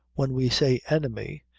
when we say enemy,